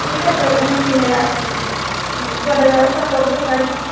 ঠিক আছে ওগুলো কিনে রাখব হুম জলের ব্যবস্থা করব গাড়িতে